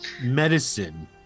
medicine